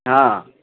हँ